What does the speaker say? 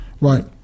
Right